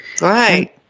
right